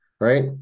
right